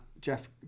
Jeff